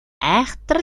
айхавтар